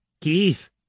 Keith